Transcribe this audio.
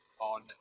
on